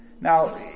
Now